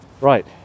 Right